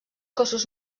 cossos